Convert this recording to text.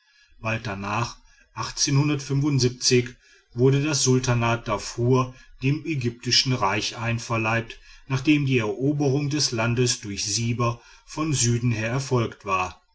bald danach wurde das sultanat darfur dem ägyptischen reich einverleibt nachdem die eroberung des landes durch siber von süden her erfolgt war